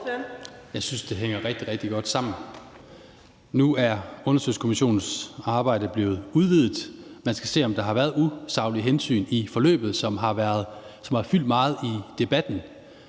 Tobias Grotkjær Elmstrøm (M): Nu er undersøgelseskommissionens arbejde blevet udvidet. Man skal se, om der har været usaglige hensyn i forløbet, hvilket har fyldt meget i debatten.